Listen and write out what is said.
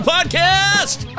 Podcast